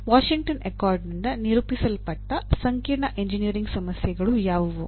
Washington ಅಕಾರ್ಡ್ನಿಂದ ನಿರೂಪಿಸಲ್ಪಟ್ಟ ಸಂಕೀರ್ಣ ಎಂಜಿನಿಯರಿಂಗ್ ಸಮಸ್ಯೆಗಳು ಯಾವುವು